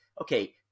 okay